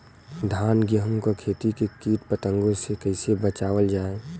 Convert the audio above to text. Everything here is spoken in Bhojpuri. धान गेहूँक खेती के कीट पतंगों से कइसे बचावल जाए?